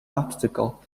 obstacle